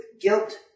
guilt